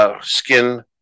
skin